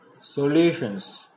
Solutions